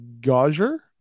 Gauger